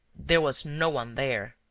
there was no one there.